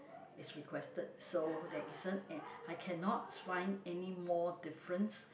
is requested so there isn't and I cannot find anymore difference